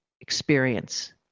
experience